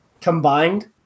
combined